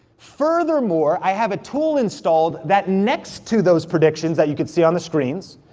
furthermore, i have a tool installed that, next to those predictions that you can see on the screens,